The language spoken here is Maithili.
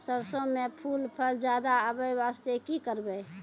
सरसों म फूल फल ज्यादा आबै बास्ते कि करबै?